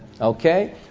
Okay